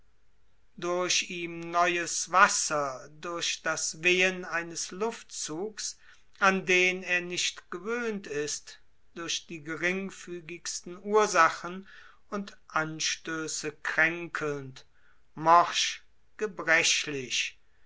durch ihm neues wasser durch das wehen eines luftzugs an den er nicht gewöhnt ist durch die geringfügigsten ursachen und anstöße kränkelnd morsch gebrechlich